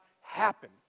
happen